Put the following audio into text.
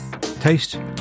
Taste